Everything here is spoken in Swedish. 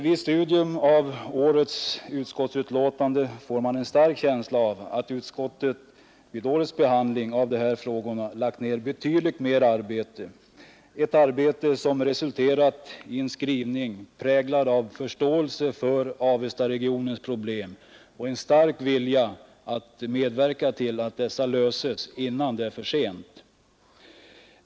Vid studium av årets utskottsbetänkande får man en stark känsla av att utskottet vid årets behandling av de här frågorna lagt ner betydligt mer arbete, ett arbete som resulterat i en skrivning präglad av förståelse för Avesta-regionens problem och en stark vilja att medverka till att dessa löses innan det är för sent.